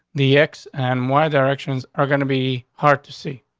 the x and y directions are going to be hard to see,